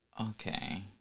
Okay